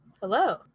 Hello